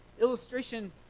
illustration